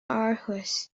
aarhus